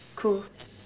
cool